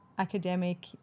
academic